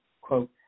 quote